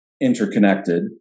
interconnected